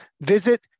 Visit